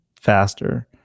faster